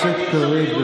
אתה הפנים של חילול השם.